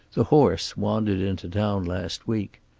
the horse wandered into town last week.